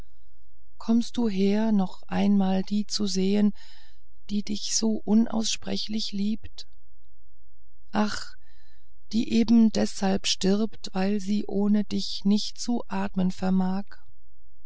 kommst du her noch einmal die zu sehen die dich so unaussprechlich liebt ach die eben deshalb stirbt weil sie ohne dich nicht zu atmen vermag